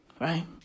right